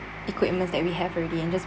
equipments that we have already and just